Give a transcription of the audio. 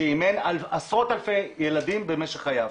שאימן עשרות אלפי ילדים במשך חייו.